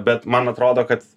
bet man atrodo kad